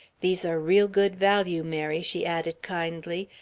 these are real good value, mary, she added kindly.